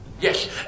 Yes